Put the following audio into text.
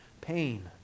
Pain